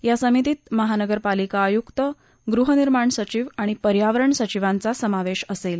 या समितीत महापालिका आयुक्त गृहनिर्माण सचिव आणि पर्यावरण सचिवांचा यांचा समावेश असेल